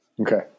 Okay